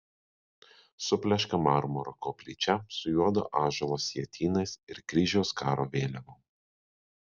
supleška marmuro koplyčia su juodo ąžuolo sietynais ir kryžiaus karo vėliavom